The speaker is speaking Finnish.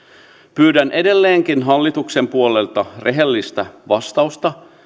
pyydän edelleenkin hallituksen puolelta rehellistä vastausta